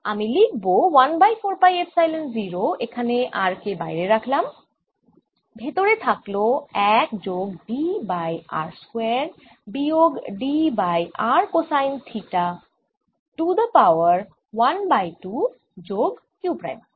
আমি লিখব 1 by 4 pi epsilon 0 এখানে r কে বাইরে রাখলাম ভেতরে থাকল 1 যোগ d বাই r স্কয়ার বিয়োগ d by r cosine theta to the power 1 বকি 2 যোগ q প্রাইম